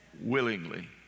willingly